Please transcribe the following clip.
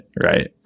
right